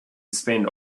spend